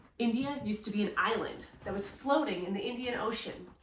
india used to be an island, that was floating in the indian ocean.